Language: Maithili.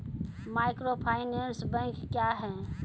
माइक्रोफाइनेंस बैंक क्या हैं?